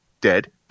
dead